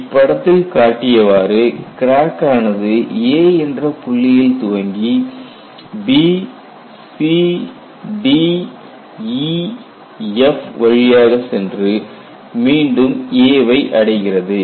இப்படத்தில் காட்டியவாறு கிராக் ஆனது A என்ற புள்ளியில் துவங்கி B C D E F வழியாக சென்று மீண்டும் A வை அடைகிறது